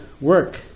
work